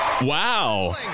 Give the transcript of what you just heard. Wow